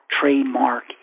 trademark